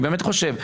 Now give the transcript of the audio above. אני באמת חושב,